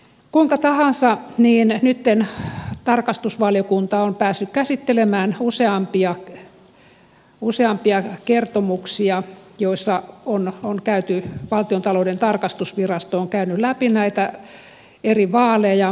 kuinka tahansa niin nyt tarkastusvaliokunta on päässyt käsittelemään useampia kertomuksia joissa valtiontalouden tarkastusvirasto on käynyt läpi näitä eri vaaleja